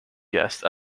guest